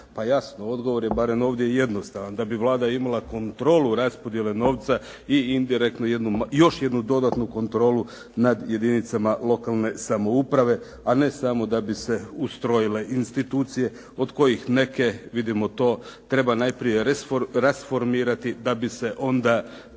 Pa jasno, odgovor je barem ovdje jednostavan. Da bi Vlada imala kontrolu raspodjele novca i indirektno jednu, još jednu dodatnu kontrolu nad jedinicama lokalne samouprave, a ne samo da bi se ustrojile institucije od kojih neke vidimo to treba najprije rasformirati da bi se onda